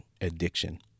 addiction